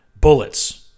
Bullets